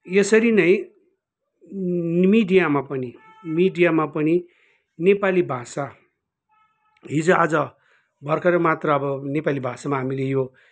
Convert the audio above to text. यसरी नै मिडियामा पनि मिडियामा पनि नेपाली भाषा हिजोआज भर्खरै मात्र अब नेपाली भाषामा हामीले यो